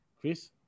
Chris